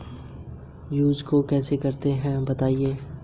Credit card का use कैसे करें?